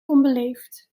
onbeleefd